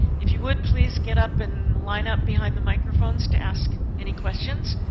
if you would please get up and line up behind the microphones to ask any questions,